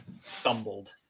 stumbled